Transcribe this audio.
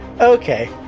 Okay